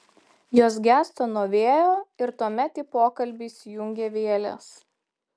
jos gęsta nuo vėjo ir tuomet į pokalbį įsijungia vėlės